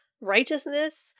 righteousness